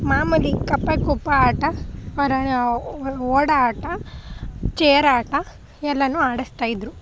ಮಾಮೂಲಿ ಕಪ್ಪೆ ಕುಪ್ಪ ಆಟ ಓಡಾಟ ಚೇರ್ ಆಟ ಎಲ್ಲನೂ ಆಡಿಸ್ತಾಯಿದ್ರು